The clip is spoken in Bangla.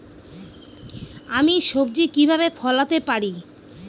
আমি সবজি কিভাবে ফলাতে পারি?